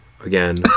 again